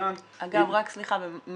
מה